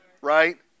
right